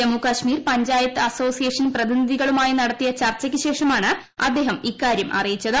Jammu Kashmir panchayat association പ്രതിനിധികളുമായി നടത്തിയ ചർച്ചയ്ക്ക് ശേഷമാണ് അദ്ദേഹ്ട്ട് ഇക്കാര്യം അറിയിച്ചത്